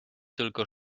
tylko